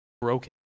broken